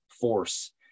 force